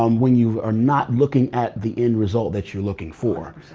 um when you are not looking at the end result that you're looking for.